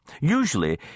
Usually